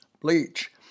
bleach